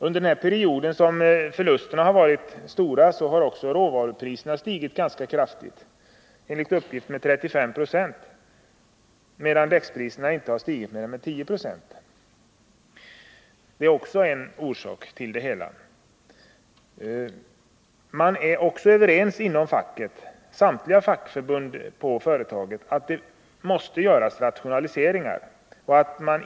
Under den period som förlusterna har varit stora har också råvarupriserna stigit ganska kraftigt — enligt uppgift med 35 26 — medan däckspriserna inte har stigit med mer än 10 26. Också det är en av orsakerna till det hela. Samtliga fackförbund inom företaget är överens om att rationaliseringar måste göras.